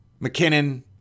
McKinnon